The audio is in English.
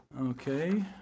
Okay